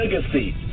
Legacy